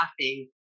laughing